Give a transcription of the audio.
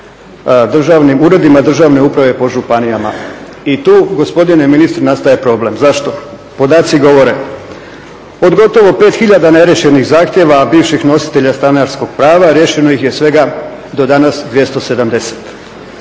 uredima državne uprave po županijama i tu gospodine ministre nastaje problem. Zašto? Podaci govore, od gotovo 5000 neriješenih zahtjeva bivših nositelja stanarskog prava riješeno ih je svega do danas 270.